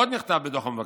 עוד נכתב בדוח המבקר,